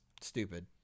stupid